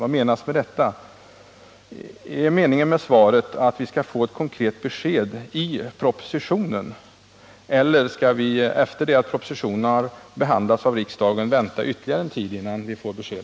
Vad menas med det? Innebär det att vi skall få ett konkret besked i propositionen eller skall vi, efter det att propositionen har behandlats av riksdagen, vänta ytterligare en tid på besked?